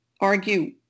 argue